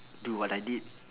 do what I did